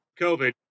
COVID